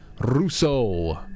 Russo